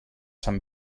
sant